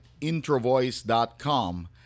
IntroVoice.com